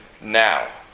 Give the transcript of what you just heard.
now